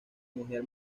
mujer